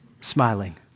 smiling